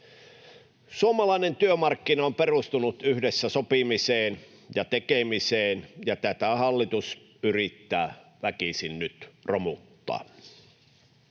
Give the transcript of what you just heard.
Suomalainen työmarkkina on perustunut yhdessä sopimiseen ja tekemiseen, ja tätä hallitus yrittää väkisin nyt romuttaa.